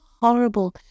horrible